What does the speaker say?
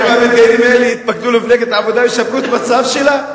והאם המתגיירים האלה יתפקדו למפלגת העבודה וישפרו את המצב שלה?